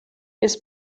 his